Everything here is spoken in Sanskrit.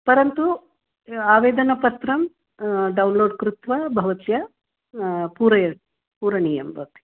परन्तु आवेदनपत्रं डौन्लोड् कृत्वा भवत्या पूरय पूरणीयं भवति